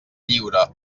lliure